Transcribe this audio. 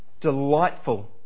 Delightful